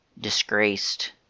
disgraced